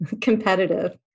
competitive